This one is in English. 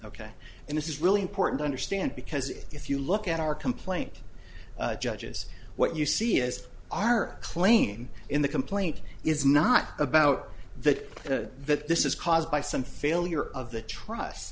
ok and this is really important to understand because if you look at our complaint judges what you see is our claim in the complaint is not about that that this is caused by some failure of the trus